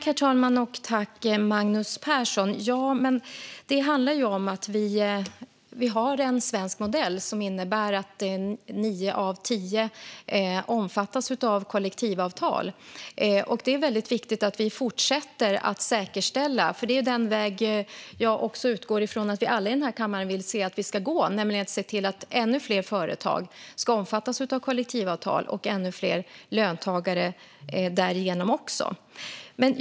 Herr talman! Det handlar ju om att vi har en svensk modell som innebär att nio av tio omfattas av kollektivavtal. Det är väldigt viktigt att vi fortsätter att säkerställa detta. Det är den väg jag utgår från att alla i denna kammare vill se att vi ska gå, nämligen att se till att ännu fler företag, och därigenom ännu fler löntagare, ska omfattas av kollektivavtal.